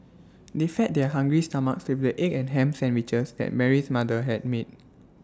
they fed their hungry stomachs with the egg and Ham Sandwiches that Mary's mother had made